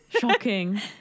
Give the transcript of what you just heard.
Shocking